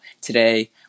Today